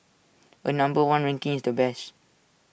A number one ranking is the best